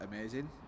amazing